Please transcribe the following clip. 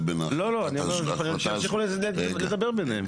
אני אומר שימשיכו לדבר ביניהם.